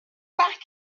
back